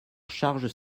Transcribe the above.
charges